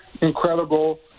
incredible